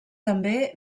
també